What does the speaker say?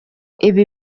ibi